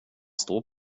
står